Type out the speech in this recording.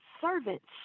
servants